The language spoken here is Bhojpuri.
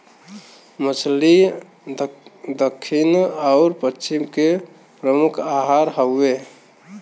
मछली दक्खिन आउर पश्चिम के प्रमुख आहार हउवे